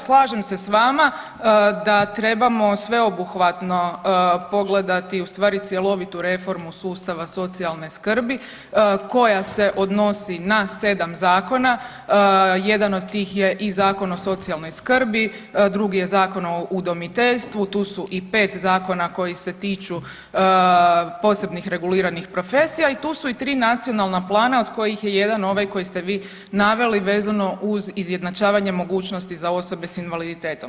Slažem se s vama da trebamo sveobuhvatno pogledati ustvari cjelovitu reformu sustava socijalne skrbi koja se odnosi na sedam zakon, jedan od tih je i Zakon o socijalnoj skrbi, drugi je Zakon o udomiteljstvu, tu su i pet zakona koji se tiču posebnih reguliranih profesija i tu su i tri nacionalna plana od kojih je jedan ovaj koji ste vi naveli vezano uz izjednačavanje mogućnosti za osobe s invaliditetom.